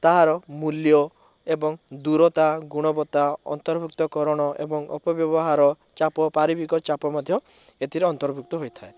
ତାହାର ମୂଲ୍ୟ ଏବଂ ଦୂରତା ଗୁଣବତ୍ତା ଅନ୍ତର୍ଭୁକ୍ତକରଣ ଏବଂ ଅପବ୍ୟବହାର ଚାପ ପାରିବିକ ଚାପ ମଧ୍ୟ ଏଥିରେ ଅନ୍ତର୍ଭୁକ୍ତ ହୋଇଥାଏ